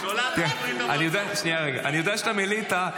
אני יודע שאתה מליטא,